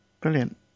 Brilliant